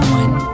one